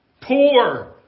poor